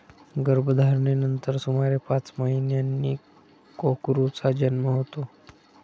गर्भधारणेनंतर सुमारे पाच महिन्यांनी कोकरूचा जन्म होतो